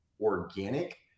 organic